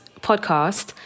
podcast